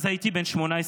אז הייתי בן 18,